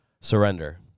surrender